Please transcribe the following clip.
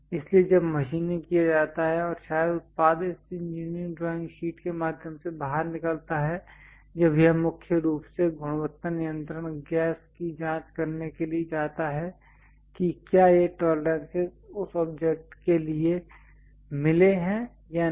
इसलिए जब मशीनिंग किया जाता है और शायद उत्पाद इस इंजीनियरिंग ड्राइंग शीट के माध्यम से बाहर निकलता है जब यह मुख्य रूप से गुणवत्ता नियंत्रण गैस की जांच करने के लिए जाता है कि क्या ये टॉलरेंसेस उस ऑब्जेक्ट के लिए मिले हैं या नहीं